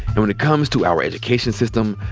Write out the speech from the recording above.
and when it comes to our education system,